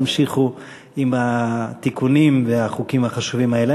ימשיכו בתיקונים ובחוקים החשובים האלה.